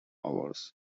hours